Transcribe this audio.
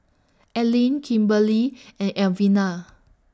Allean Kimberly and